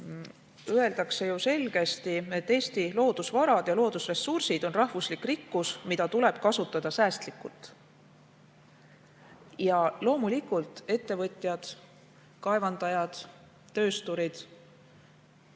öeldakse ju selgesti, et Eesti loodusvarad ja loodusressursid on rahvuslik rikkus, mida tuleb kasutada säästlikult. Loomulikult, eks ettevõtjad, kaevandajad, töösturid,